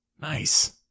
Nice